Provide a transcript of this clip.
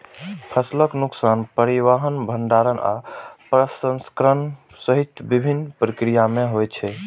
फसलक नुकसान परिवहन, भंंडारण आ प्रसंस्करण सहित विभिन्न प्रक्रिया मे होइ छै